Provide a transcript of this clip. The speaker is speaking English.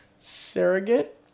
surrogate